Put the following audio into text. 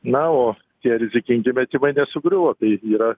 na o tie rizikingi metimai nesugriuvo tai yra